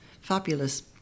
fabulous